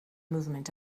movement